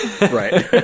Right